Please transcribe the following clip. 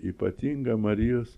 ypatingą marijos